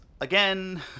again